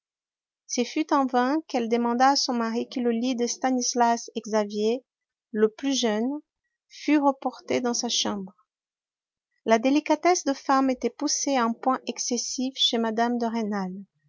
ce fut en vain qu'elle demanda à son mari que le lit de stanislas xavier le plus jeune fût reporté dans sa chambre la délicatesse de femme était poussée à un point excessif chez mme de rênal